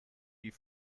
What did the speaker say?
die